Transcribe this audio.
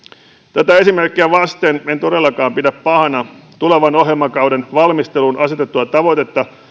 tätä esimerkkiä vasten minä en todellakaan pidä pahana tulevan ohjelmakauden valmisteluun asetettua tavoitetta